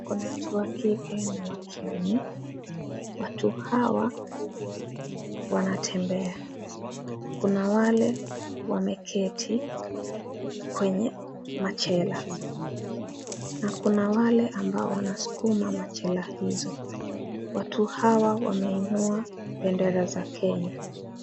Kuna watu wa kike na wa kiume. Watu hawa wanatembea. Kuna wale wameketi kwenye machela na kuna wale ambao wanasukuma machela hizo. Watu hawa wameinua bendera za Kenya.